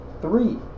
Three